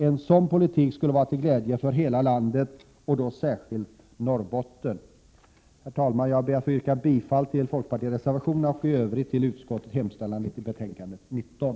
En sådan politik skulle vara till glädje för hela landet och särskilt för Norrbottens län. Herr talman! Jag ber att få yrka bifall till folkpartireservationerna och i övrigt bifall till arbetsmarknadsutskottets hemställan i betänkande 19.